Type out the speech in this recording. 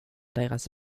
deras